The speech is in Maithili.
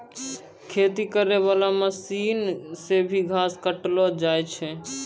खेती करै वाला मशीन से भी घास काटलो जावै पाड़ै